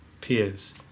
peers